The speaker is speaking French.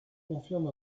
confirme